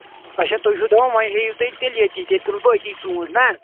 اچھا تُہۍ چھِو دَپان وۄنۍ ہیٚیِو تیٚلہِ تیٚلہِ ییٚتی تیٚلہِ تُلہٕ بہٕ أتی ژوٗنٛٹھۍ نا